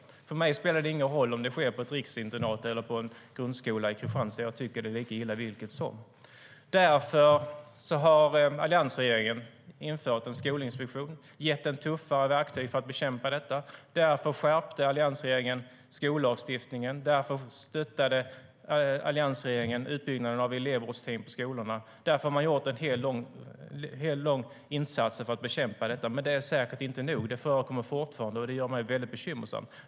För mig spelar det ingen roll om det sker på ett riksinternat eller på en grundskola i Kristianstad. Det är lika illa vilket som. Därför införde alliansregeringen en skolinspektion och gav den tuffa verktyg för att bekämpa problemen. Därför skärpte alliansregeringen skollagstiftningen, och därför stöttade alliansregeringen utbyggnaden av elevvårdsteam på skolorna. Därför gjordes en lång rad insatser för att bekämpa problemen, men det är säkert inte nog. Problemen förekommer fortfarande, och det gör mig mycket bekymrad.